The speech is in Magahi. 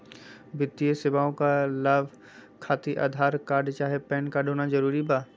वित्तीय सेवाएं का लाभ खातिर आधार कार्ड चाहे पैन कार्ड होना जरूरी बा?